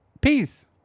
Peace